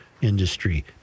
industry